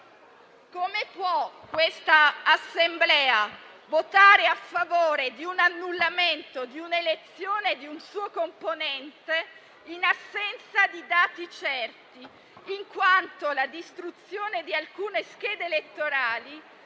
come quest'Assemblea possa votare a favore dell'annullamento dell'elezione di un suo componente in assenza di dati certi, in quanto la distruzione di alcune schede elettorali